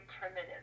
primitive